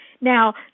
Now